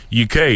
UK